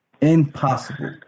Impossible